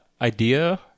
idea